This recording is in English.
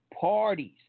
parties